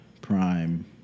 prime